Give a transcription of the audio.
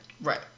Right